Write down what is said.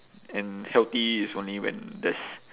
and healthy is only when there's